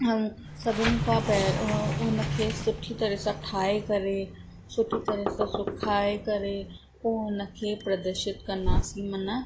ऐं सभिनी खां पहिरों हुनखे सुठी तरह सां ठाहे करे सुठी तरह सां सुकाए करे पोइ हुनखे प्रदर्शित कंदासीं माना